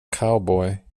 cowboy